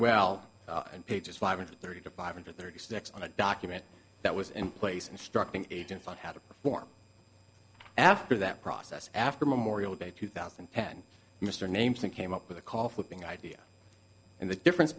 hundred thirty to five hundred thirty six on a document that was in place instructing agents on how to form after that process after memorial day two thousand and ten mr names and came up with a call flipping idea and the difference